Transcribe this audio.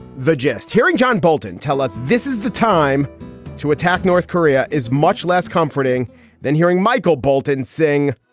the jest hearing john bolton tell us this is the time to attack north korea is much less comforting than hearing michael bolton sing.